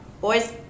boys